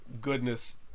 goodness